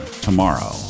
tomorrow